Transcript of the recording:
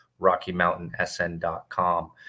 rockymountainsn.com